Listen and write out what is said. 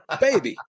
Baby